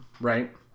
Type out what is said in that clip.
right